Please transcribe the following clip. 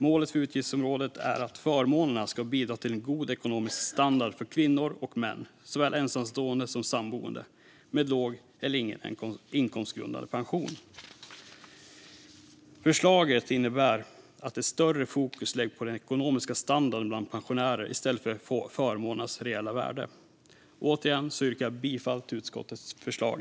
Målet för utgiftsområdet ska vara att förmånerna ska bidra till en god ekonomisk standard för kvinnor och män, såväl ensamstående som samboende, med låg eller ingen inkomstgrundad pension. Förslaget innebär att ett större fokus läggs på den ekonomiska standarden bland pensionärer i stället för på förmånernas reella värde. Jag yrkar återigen bifall till utskottets förslag.